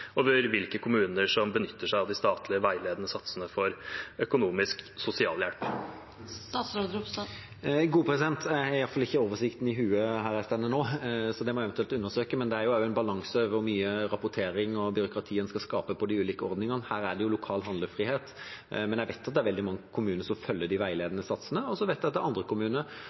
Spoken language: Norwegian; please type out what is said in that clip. over hvilke kommuner som benytter seg av de statlige, veiledende satsene for økonomisk sosialhjelp. Jeg har i alle fall ikke oversikten i hodet her jeg står nå, så det må jeg eventuelt undersøke. Det er også en balanse når det gjelder hvor mye rapportering og byråkrati en skal skape i de ulike ordningene. Her er det jo lokal handlefrihet. Men jeg vet at det er veldig mange kommuner som følger de veiledende satsene, og så vet jeg at det er andre kommuner